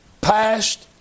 Past